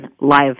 live